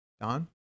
Don